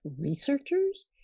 researchers